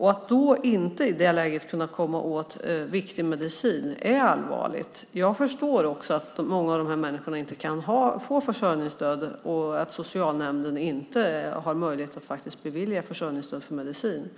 Att i det läget inte kunna komma åt viktig medicin är allvarligt. Jag förstår att många av dessa människor inte kan få försörjningsstöd och att socialnämnden inte har möjlighet att bevilja försörjningsstöd för medicin.